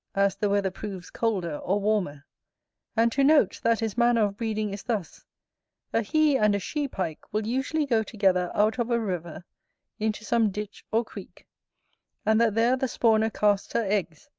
as the weather proves colder or warmer and to note, that his manner of breeding is thus a he and a she pike will usually go together out of a river into some ditch or creek and that there the spawner casts her eggs,